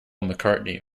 mccartney